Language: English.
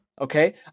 Okay